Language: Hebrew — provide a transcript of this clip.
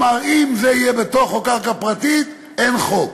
אמר: אם זה יהיה בתוכו, קרקע פרטית, אין חוק.